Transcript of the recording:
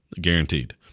guaranteed